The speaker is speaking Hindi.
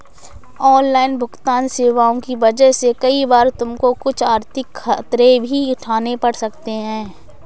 ऑनलाइन भुगतन्न सेवाओं की वजह से कई बार तुमको कुछ आर्थिक खतरे भी उठाने पड़ सकते हैं